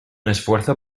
esfuerzo